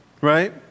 right